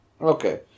Okay